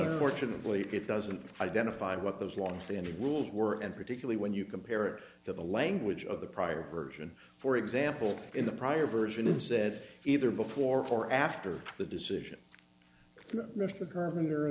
it fortunately it doesn't identify what those longstanding rules were and particularly when you compare it to the language of the prior version for example in the prior version it said either before or after the decision